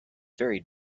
very